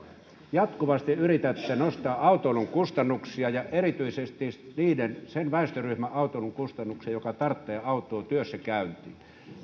jatkuvasti yritätte nostaa autoilun kustannuksia ja erityisesti sen väestöryhmän autoilun kustannuksia joka tarvitsee autoa työssäkäyntiin